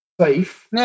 safe